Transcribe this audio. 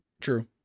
True